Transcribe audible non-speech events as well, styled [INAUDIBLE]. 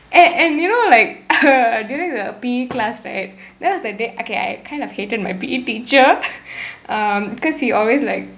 and and you know like [LAUGHS] during that P_E class right that was the day okay I kind of hated my P_E teacher um because he always like